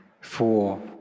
four